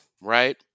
right